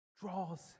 draws